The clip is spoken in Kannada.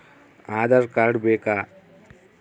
ಆಧಾರ್ ಕಾರ್ಡ್ ಬೇಕಾ?